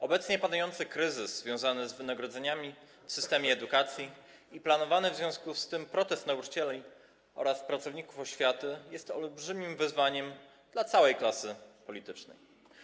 Obecnie panujący kryzys związany z wynagrodzeniami w systemie edukacji i planowany w związku z tym protest nauczycieli oraz pracowników oświaty jest olbrzymim wyzwaniem dla całej klasy politycznej.